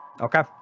Okay